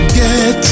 get